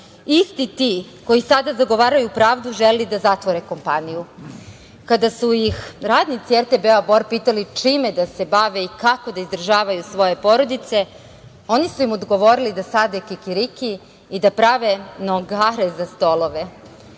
isti ti koji sada zagovaraju pravdu, žele da zatvore kompaniju. Kada su ih radnici RTB Bor pitali čime da se bave i kako da izdržavaju svoje porodice, oni su im govorili da sade kikiriki i da prave nogare za stolove. Od